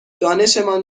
دانشمان